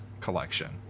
collection